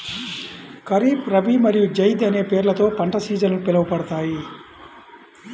ఖరీఫ్, రబీ మరియు జైద్ అనే పేర్లతో పంట సీజన్లు పిలవబడతాయి